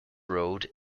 road